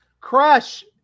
Crush